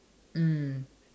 mm